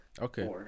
Okay